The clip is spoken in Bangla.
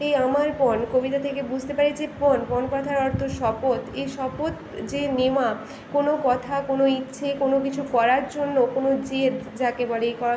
এই আমার পণ কবিতা থেকে বুঝতে পারি যে পণ পণ কথার অর্থ শপথ এই শপথ যে নেওয়া কোনো কথা কোনো ইচ্ছে কোনো কিছু করার জন্য কোনো জেদ যাকে বলে